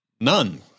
None